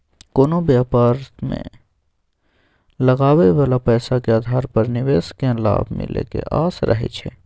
कोनो व्यापार मे लगाबइ बला पैसा के आधार पर निवेशक केँ लाभ मिले के आस रहइ छै